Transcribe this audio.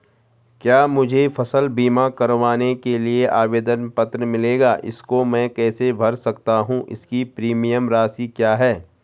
क्या मुझे फसल बीमा करवाने के लिए आवेदन पत्र मिलेगा इसको मैं कैसे भर सकता हूँ इसकी प्रीमियम राशि क्या है?